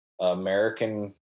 American